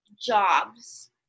jobs